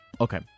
Okay